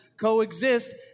coexist